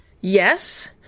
Yes